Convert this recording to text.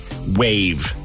wave